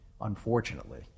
unfortunately